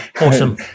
awesome